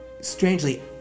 strangely